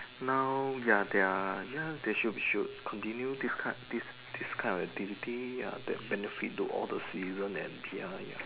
now ya there are ya should should continue this kind of activity that benefits to all the citizen and P_R ya